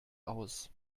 aus